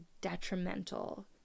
detrimental